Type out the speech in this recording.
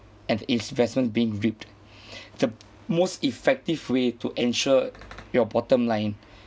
and investment being reaped the most effective way to ensure your bottom line